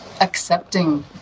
accepting